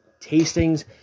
Tastings